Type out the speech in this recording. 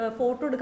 photo